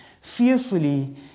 fearfully